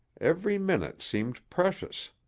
every minute seemed precious.